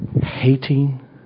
hating